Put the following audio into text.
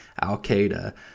al-qaeda